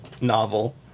novel